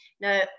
Now